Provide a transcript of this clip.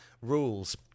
rules